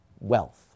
wealth